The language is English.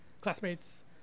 classmates